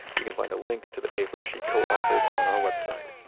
you can find a link to the paper she co-authored on our website.